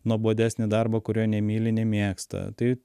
nuobodesnį darbą kurio nemyli nemėgsta tai